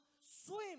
swim